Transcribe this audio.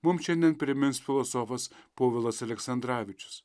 mums šiandien primins filosofas povilas aleksandravičius